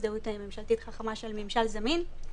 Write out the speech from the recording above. הזדהות ממשלתית חכמה של "ממשל זמין".